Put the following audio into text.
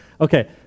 Okay